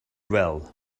well